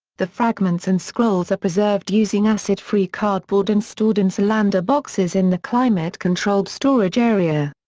the fragments and scrolls are preserved using acid-free cardboard and stored in solander boxes in the climate-controlled storage area.